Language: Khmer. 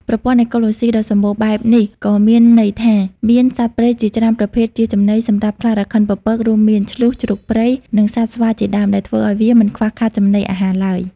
ប្រព័ន្ធអេកូឡូស៊ីដ៏សម្បូរបែបនេះក៏មានន័យថា មាន សត្វព្រៃជាច្រើនប្រភេទជាចំណី សម្រាប់ខ្លារខិនពពក រួមមាន ឈ្លូស ជ្រូកព្រៃ និងសត្វស្វាជាដើម ដែលធ្វើឲ្យវាមិនខ្វះខាតចំណីអាហារឡើយ។